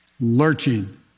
lurching